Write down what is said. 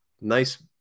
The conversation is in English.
nice